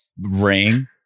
ring